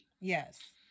Yes